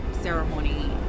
ceremony